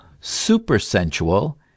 supersensual